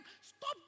Stop